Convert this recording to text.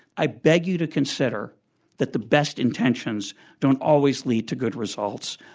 i beg you to consider that the best intentions don't always lead to good results.